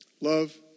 love